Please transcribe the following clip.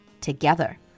together